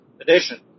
Edition